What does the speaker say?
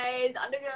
underground